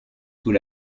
sous